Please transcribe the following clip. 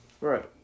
Right